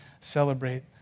celebrate